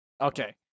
Okay